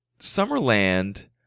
Summerland